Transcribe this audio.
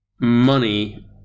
money